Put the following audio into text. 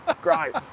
great